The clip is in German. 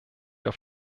auf